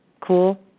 cool